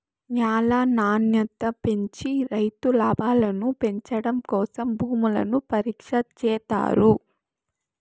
న్యాల నాణ్యత పెంచి రైతు లాభాలను పెంచడం కోసం భూములను పరీక్ష చేత్తారు